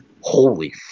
Holy